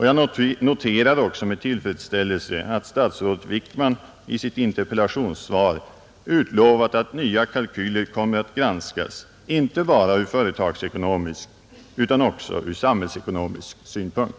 Jag noterar också med tillfredsställelse att statsrådet Wickman i sitt interpellationssvar har utlovat att nya kalkyler kommer att granskas inte bara från företagsekonomisk utan även från samhällsekonomisk synpunkt.